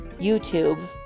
YouTube